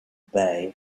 bay